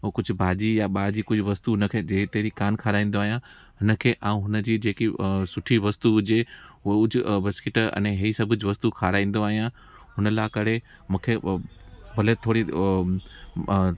ओ कुझ भाॼी या ॿाहिरि जी कोई वस्तु उनखे हिते जी कोन्ह खाराईंदो आहियां हिनखे मां हुनजी जेकी सुठी वस्तु हुजे उअ कुझ बिस्किट अने हे सभु वस्तु खाराईंदो आहियां हुन ला कड़े मुखे उओ भले थोरी उओ